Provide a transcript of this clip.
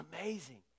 amazing